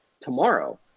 Tomorrow